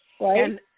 Right